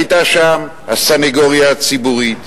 היתה שם הסניגוריה הציבורית,